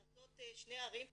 לעשות שתי ערים תאומות,